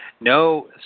No